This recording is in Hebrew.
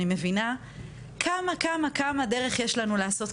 אני מבינה כמה דרך יש לנו לעשות,